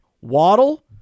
Waddle